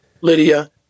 Lydia